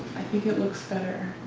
think it looks better